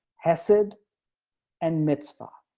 has said and mitzvah.